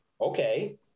okay